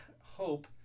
hope